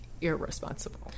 irresponsible